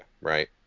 right